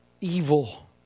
evil